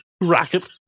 Racket